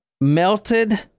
Melted